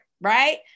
right